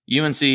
unc